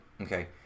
Okay